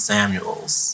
Samuels